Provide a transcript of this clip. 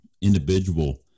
individual